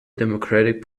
democratic